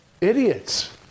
Idiots